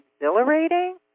exhilarating